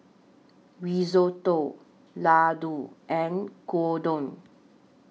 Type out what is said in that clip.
Risotto Ladoo and Gyudon